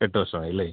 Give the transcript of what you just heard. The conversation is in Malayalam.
എട്ടു വർഷമായി അല്ലേ